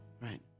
right